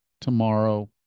tomorrow